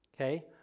okay